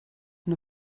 nur